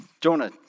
Jonah